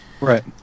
Right